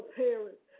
parents